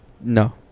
No